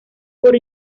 por